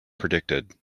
predicted